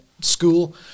School